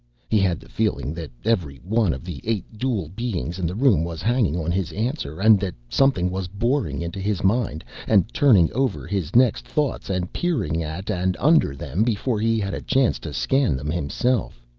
he had the feeling that every one of the eight dual beings in the room was hanging on his answer and that something was boring into his mind and turning over his next thoughts and peering at and under them before he had a chance to scan them himself.